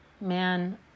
man